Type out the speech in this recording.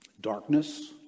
darkness